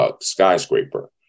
skyscraper